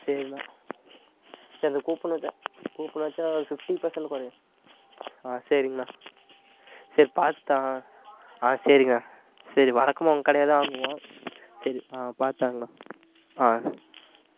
சரிண்ணா சரி இந்த கூப்பன் வச்சா கூப்பன் வச்சா ஃபிஃப்ட்டி பெர்ஸண்ட் குறையும் ஆ சரிங்கண்ணா சரி பார்த்து தாங் ஆ சரிங்கண்ணா சரி வழக்கமாக உங்கள் கடையில் தான் வாங்குவோம் சரி ஆ பார்த்து தாங்கண்ணா ஆ